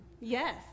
Yes